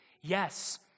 Yes